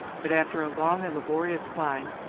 but after a long and laborious climb,